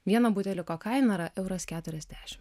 vieno buteliuko kaina yra euras keturiasdešim